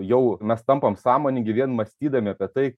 jau mes tampam sąmoningi vien mąstydami apie tai